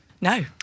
No